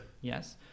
yes